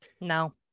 No